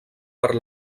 per